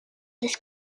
this